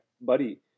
buddy